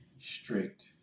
strict